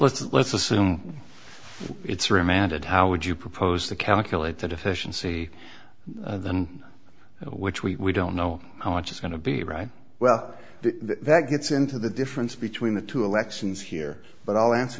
mean let's assume it's remanded how would you propose to calculate the deficiency which we don't know how much is going to be right well that gets into the difference between the two elections here but i'll answer